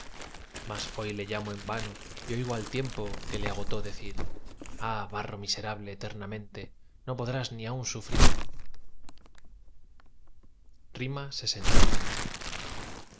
mas hoy le llamo en vano y oigo al tiempo que le agotó decir ah barro miserable eternamente no podrás ni aun sufrir lxv